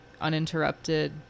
uninterrupted